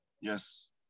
Yes